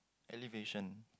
elevation